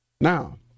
Now